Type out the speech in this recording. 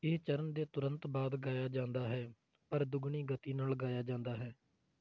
ਇਹ ਚਰਨ ਦੇ ਤੁਰੰਤ ਬਾਅਦ ਗਾਇਆ ਜਾਂਦਾ ਹੈ ਪਰ ਦੁੱਗਣੀ ਗਤੀ ਨਾਲ ਗਾਇਆ ਜਾਂਦਾ ਹੈ